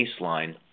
baseline